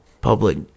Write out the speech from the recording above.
Public